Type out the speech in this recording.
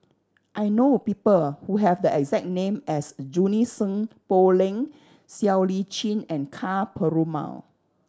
I know a people who have the exact name as Junie Sng Poh Leng Siow Lee Chin and Ka Perumal